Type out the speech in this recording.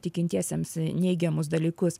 tikintiesiems neigiamus dalykus